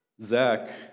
Zach